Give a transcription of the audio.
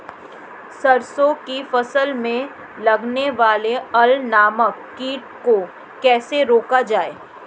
सरसों की फसल में लगने वाले अल नामक कीट को कैसे रोका जाए?